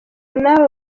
nawe